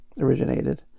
originated